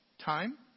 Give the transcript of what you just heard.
time